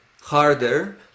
harder